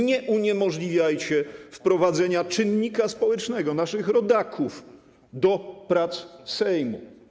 Nie uniemożliwiajcie wprowadzenia czynnika społecznego, naszych rodaków, do prac Sejmu.